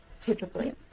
typically